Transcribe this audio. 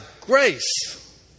grace